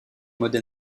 mode